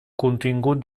contingut